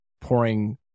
pouring